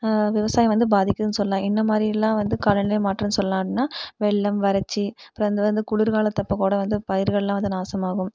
விவசாயம் வந்து பாதிக்கும்னு சொல்லலாம் என்ன மாதிரிலாம் வந்து காலநிலை மாற்றம் சொல்லலாம்னால் வெள்ளம் வறட்சி அப்புறம் இந்த வந்து குளிர்காலத்து அப்போது கூட வந்து பயிர்கள்லாம் வந்து நாசம் ஆகும்